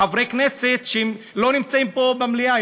חברי כנסת שלא נמצאים פה במליאה,